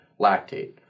lactate